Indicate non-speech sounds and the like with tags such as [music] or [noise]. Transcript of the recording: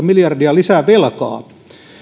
[unintelligible] miljardia lisää velkaa